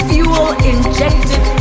Fuel-injected